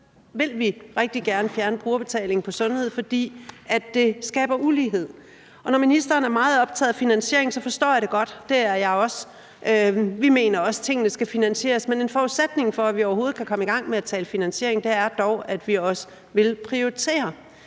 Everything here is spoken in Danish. rigtig gerne fjerne brugerbetaling på sundhed, fordi det skaber ulighed. Når ministeren er meget optaget af finansiering, forstår jeg det godt. Det er jeg også. Vi mener også, at tingene skal finansieres. Men en forudsætning for, at vi overhovedet kan komme i gang med at tale finansiering, er dog, at vi også vil prioritere.